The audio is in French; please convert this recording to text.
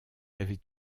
avait